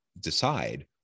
decide